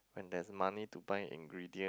when there's money to buy ingredient